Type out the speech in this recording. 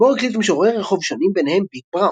מור הקליט משוררי רחוב שונים, ביניהם "ביג בראון".